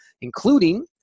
including